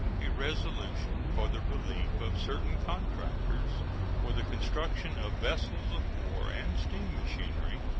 a resolution for the relief of certain contractors for the construction of vessels of war and steam machinery,